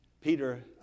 Peter